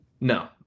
No